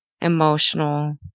emotional